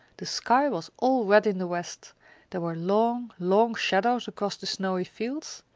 the sky was all red in the west there were long, long shadows across the snowy fields,